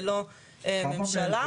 ללא ממשלה.